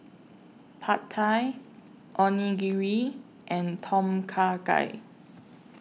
Pad Thai Onigiri and Tom Kha Gai